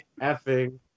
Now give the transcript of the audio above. effing